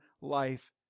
life